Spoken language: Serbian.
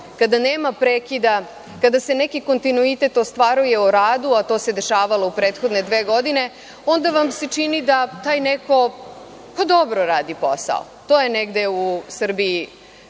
kada nema prekida, kada se neki kontinuitet ostvaruje u radu, a to se dešavalo u prethodne dve godine, onda vam se čini da taj neko dobro radi taj posao. To je negde u Srbiji